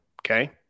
Okay